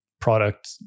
product